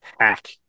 hack